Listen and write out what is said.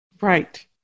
right